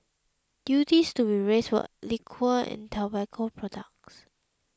duties to be raised for liquor and tobacco products